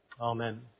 Amen